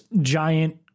giant